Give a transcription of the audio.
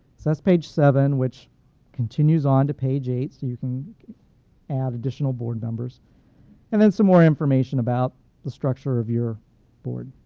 so that's page seven, which continues on to page eight, so you can add additional board members and then some more information about the structure of your board.